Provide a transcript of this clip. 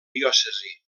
diòcesi